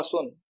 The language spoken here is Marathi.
r rr r3 dl